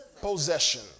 possession